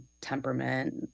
temperament